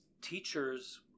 teachers